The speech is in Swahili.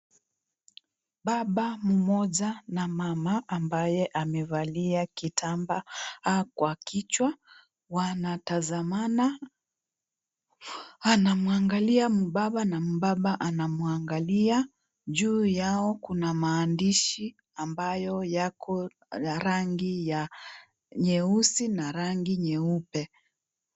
Baba mmoja na mama ambaye amevalia kitambaa kwa kichwa, wanatazamana. Anamwangalia mbaba na mbaba anamwangalia. Juu yao kuna maandishi ambayo yako ya rangi ya nyeusi na rangi nyeupe .